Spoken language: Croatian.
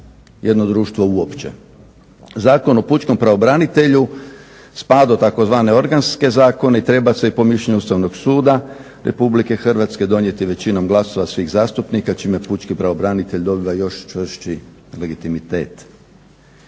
jedno društvo uopće. Zakon o pučkom pravobranitelju spada u tzv. organske zakone i treba se po mišljenju Ustavnog suda RH donijeti većinom glasova svih zastupnika čime pučki pravobranitelj dobiva još čvršći legitimitet.